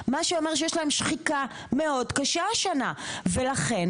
מה שאומר שיש שם שחיקה מאוד קשה השנה ולכן,